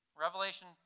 Revelation